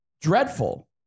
dreadful